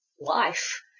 life